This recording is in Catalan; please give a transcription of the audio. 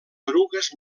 erugues